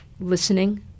listening